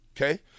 okay